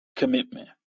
commitment